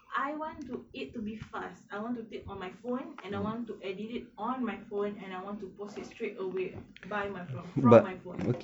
I want to it to be fast I want to take on my phone and I want to edit it on my phone and I want to post it straight away by my pho~ from my phone